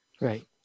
Right